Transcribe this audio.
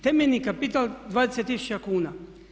Temeljni kapital 20000 kuna.